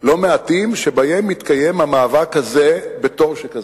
לא מעטים שבהם מתקיים המאבק הזה בתור שכזה,